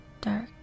dark